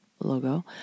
logo